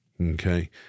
Okay